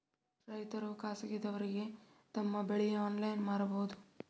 ರೈತರು ಖಾಸಗಿದವರಗೆ ತಮ್ಮ ಬೆಳಿ ಆನ್ಲೈನ್ ಮಾರಬಹುದು?